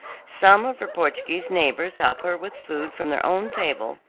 some of her portuguese neighbors help her with food from their own table,